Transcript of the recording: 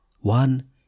One